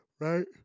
right